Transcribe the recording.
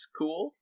cool